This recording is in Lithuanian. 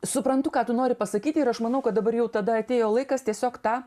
suprantu ką tu nori pasakyti ir aš manau kad dabar jau tada atėjo laikas tiesiog tą